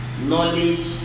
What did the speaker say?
knowledge